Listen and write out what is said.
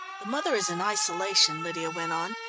the mother is in isolation, lydia went on,